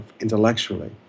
intellectually